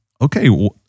okay